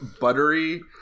buttery